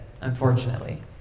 unfortunately